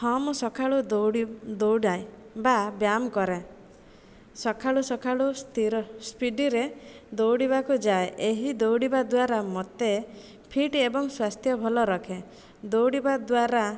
ହଁ ମୁଁ ସଖାଳୁ ଦୌଡ଼ି ଦୌଡ଼ାଏ ବା ବ୍ୟାୟାମ କରେ ସଖାଳୁ ସଖାଳୁ ସ୍ଥିର ସ୍ପିଡ଼ିରେ ଦୌଡ଼ିବାକୁ ଯାଏ ଏହି ଦୌଡ଼ିବା ଦ୍ଵାରା ମୋତେ ଫିଟ୍ ଏବଂ ସ୍ଵାସ୍ଥ୍ୟ ଭଲ ରଖେ ଦୌଡ଼ିବା ଦ୍ଵାରା